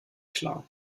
klar